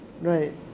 Right